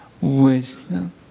wisdom